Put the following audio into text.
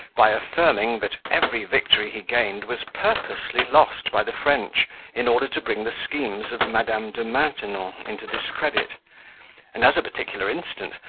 by affirming, that every victory he gained was purposely lost by the french in order to bring the schemes of madame de maintenon into discredit and, as a particular instance,